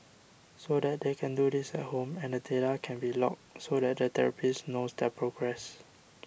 so they can do this at home and the data can be logged so that the therapist knows their progress